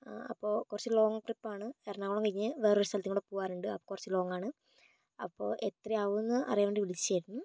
അപ്പൊൾ കുറച്ച് ലോങ്ങ് ട്രിപ്പാണ് എറണാകുളം കഴിഞ്ഞ് വേറെ ഒരു സ്ഥലത്തും കൂടെ പോകാനുണ്ട് അപ്പൊൾ കുറച്ച് ലോങ്ങാണ് അപ്പൊൾ എത്രയാകുന്നുവെന്ന് അറിയാൻ വേണ്ടി വിളിച്ചതായിരുന്നു